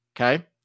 Okay